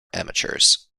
amateurs